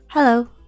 Hello